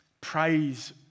praise